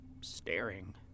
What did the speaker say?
Staring